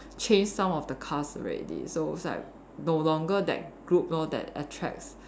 change some of the cast already so it's like no longer that group lor that attracts